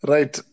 Right